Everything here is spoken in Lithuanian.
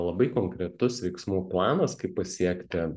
labai konkretus veiksmų planas kaip pasiekti